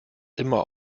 immer